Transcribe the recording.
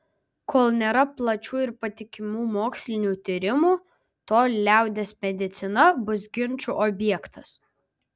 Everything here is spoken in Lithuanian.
kol nėra plačių ir patikimų mokslinių tyrimų tol liaudies medicina bus ginčų objektas